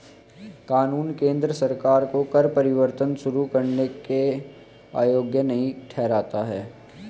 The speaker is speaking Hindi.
कानून केंद्र सरकार को कर परिवर्तन शुरू करने से अयोग्य नहीं ठहराता है